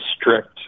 strict